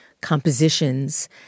compositions